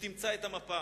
שתמצא את המפה